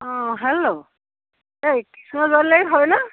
অ hello এই কিশোৰ দলে হয় ন'